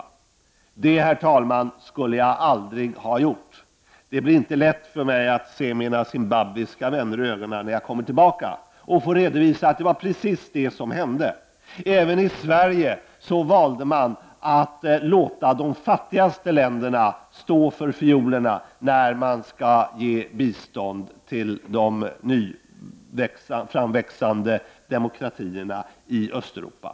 Men det, herr talman, skulle jag aldrig ha sagt. Det blir inte lätt för mig att se mina zimbabwiska vänner i ögonen, när jag kommer tillbaka dit och tvingas redovisa att det var precis det som hände. Även Sverige väljer att låta de fattigaste länderna stå för fiolerna när vi ger bistånd till de framväxande demokratierna i Östeuropa.